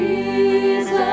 Jesus